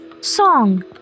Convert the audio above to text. song